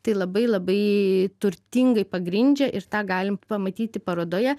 tai labai labai turtingai pagrindžia ir tą galim pamatyti parodoje